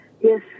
Yes